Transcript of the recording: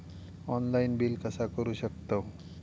Online bill कसा करु शकतव?